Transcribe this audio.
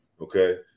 Okay